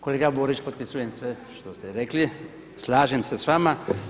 Kolega Borić, potpisujem sve što ste rekli, slažem se s vama.